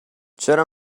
چرا